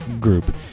group